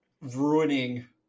ruining